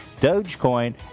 Dogecoin